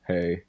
Hey